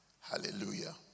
Hallelujah